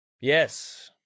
Yes